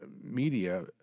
media